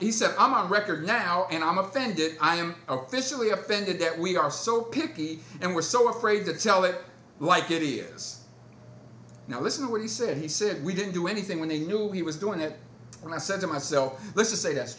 he said i'm on record now and i'm offended i'm officially offended that we are so picky and we're so afraid to tell it like it here is now listen to what he said he said we didn't do anything when they knew he was doing it and i said to myself let's just say that